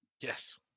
Yes